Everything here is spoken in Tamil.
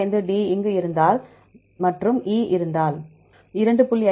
5 D இங்கு இருந்தால் மற்றும் E இருந்தால் 2